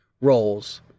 roles